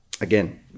again